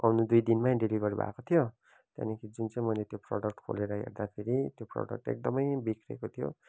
आउनु दुई दिनमै डेलिभर भएको थियो त्यहाँनिर मैले जुन चाहिँ त्यो प्रडक्ट खोलेर हेर्दाखेरि त्यो प्रडक्ट एकदमै बिग्रेको थियो